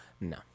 No